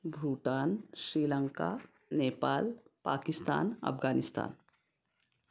Bhutan Sri Lanka Nepal Pakistan Afghanistan